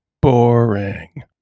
Boring